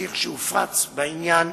לתזכיר שהופץ בעניין,